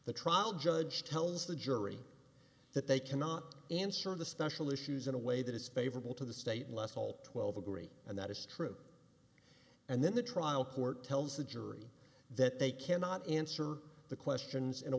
the trial judge tells the jury that they cannot answer the special issues in a way that is favorable to the state less all twelve agree and that is true and then the trial court tells the jury that they cannot answer the questions in a